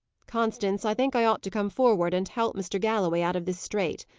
constance, i think i ought to come forward and help mr. galloway out of this strait.